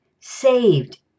saved